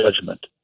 judgment